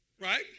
Right